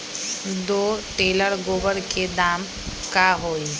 दो टेलर गोबर के दाम का होई?